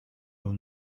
will